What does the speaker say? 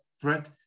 threat